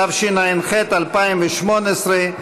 התשע"ח 2018,